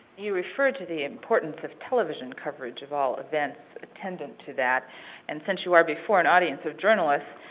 you refer to the importance of television coverage of all events attended to that and, since you are before an audience of journalists,